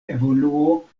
evoluo